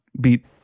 beat